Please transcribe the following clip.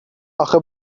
آخه